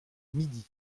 midi